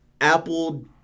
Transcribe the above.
Apple